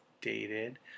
dated